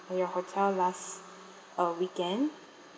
your hotel last uh weekend